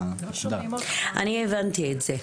אני הבנתי את זה.